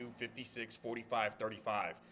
56-45-35